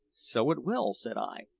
so it will, said i,